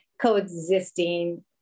coexisting